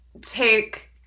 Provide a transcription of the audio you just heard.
take